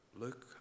Look